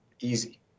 easy